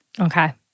Okay